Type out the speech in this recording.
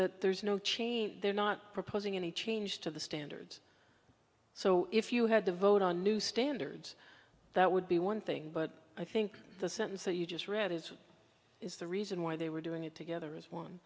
that there's no cheney they're not proposing any change to the standards so if you had to vote on new standards that would be one thing but i think the sentence that you just read is is the reason why they were doing it together is one